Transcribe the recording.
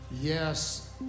Yes